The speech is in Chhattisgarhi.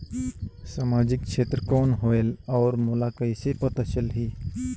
समाजिक क्षेत्र कौन होएल? और मोला कइसे पता चलही?